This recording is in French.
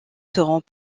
seront